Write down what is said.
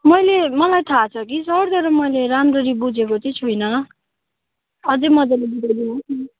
मैले मलाई थाहा छ कि सर तर मैले राम्ररी बुझेको चाहिँ छुइनँ अझै मजाले बुझाइदिनु होस् न